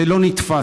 זה לא נתפס.